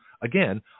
again